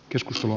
keskustelu